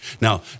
Now